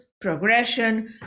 progression